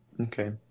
Okay